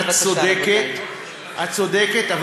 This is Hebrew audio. את צודקת,